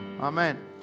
Amen